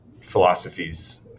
philosophies